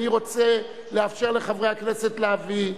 אני רוצה לאפשר לחברי הכנסת להביא,